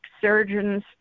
surgeons